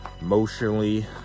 emotionally